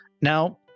now